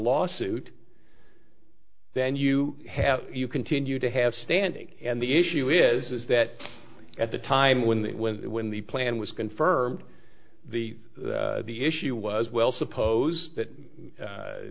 lawsuit then you have you continue to have standing and the issue is that at the time when they went when the plan was confirmed the the issue was well suppose that